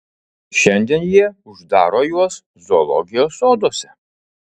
šiandien jie uždaro juos zoologijos soduose